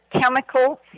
Chemical